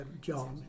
John